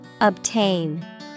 obtain